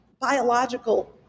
biological